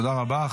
תודה רבה.